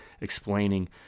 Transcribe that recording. explaining